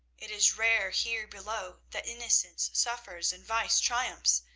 it is rare here below that innocence suffers and vice triumphs.